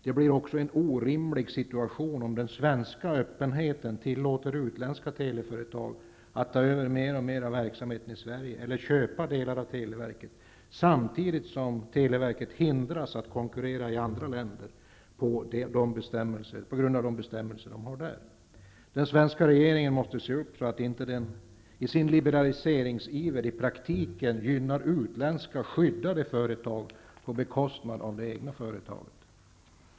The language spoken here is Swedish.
Det blir också en orimlig situation om den svenska öppenheten tillåter utländska teleföretag att ta över mer och mer av verksamheten i Sverige eller att köpa delar av televerket, samtidigt som televerket hindras att konkurrera i andra länder på grund av de bestämmelser som man där har. Den svenska regeringen måste se upp, så att den inte i sin liberaliseringsiver i praktiken gynnar utländska skyddade företag på det egna företagets bekostnad.